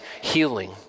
healing